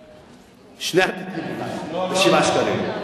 ארטיק, שני ארטיקים, אולי, ב-7 שקלים.